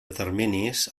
terminis